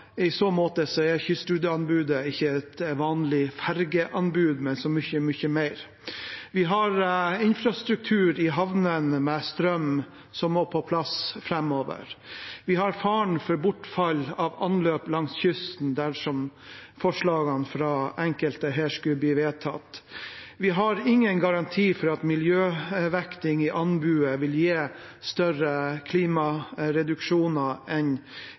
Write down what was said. I så måte er kystruteanbudet ikke et vanlig fergeanbud, men mye, mye mer. Vi har infrastrukturen i havnene, med strøm som må på plass framover. Vi har faren for bortfall av anløp langs kysten dersom forslagene fra enkelte her skulle bli vedtatt. Vi har ingen garanti for at miljøvekting i anbudet vil gi større klimareduksjoner enn